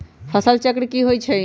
फसल चक्र की होई छै?